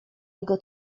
jego